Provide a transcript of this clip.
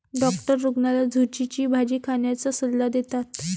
doctor रुग्णाला झुचीची भाजी खाण्याचा सल्ला देतात